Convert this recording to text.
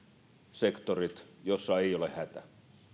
sektorit joissa ei ole hätä